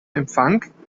empfang